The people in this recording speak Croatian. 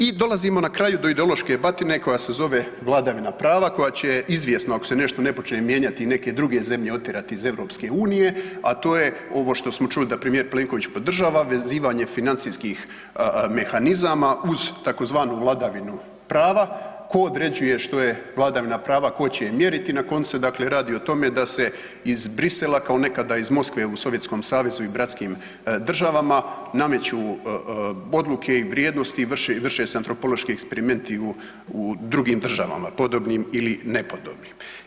I dolazimo na kraju do ideološke batine koja se zove vladavina prava koja će izvjesno ako se nešto ne počne mijenjati i neke druge zemlje otjerati iz EU, a to je ovo što smo čuli da premijer Plenković podržava vezivanje financijskih mehanizama uz tzv. vladavinu prava tko određuje što je vladavina prava, tko je će mjeriti i na koncu se radi o tome da se iz Bruxellesa kao nekada iz Moskve u Sovjetskom savezu i bratskim državama nameću odluke i vrijednosti i vrše se antropološki eksperimenti u drugim državama podobnim ili nepodobnim.